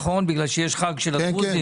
בגלל שיש חג של הדרוזים.